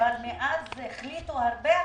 מאז החליטו באוצר הרבה החלטות.